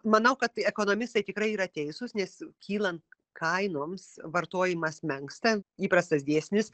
manau kad ekonomistai tikrai yra teisūs nes kylant kainoms vartojimas menksta įprastas dėsnis